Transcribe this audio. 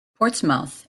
portsmouth